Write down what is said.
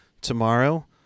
tomorrow